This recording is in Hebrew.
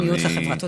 תעודת עניות לחברה.